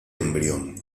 embrión